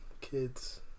Kids